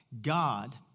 God